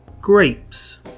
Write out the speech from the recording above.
Grapes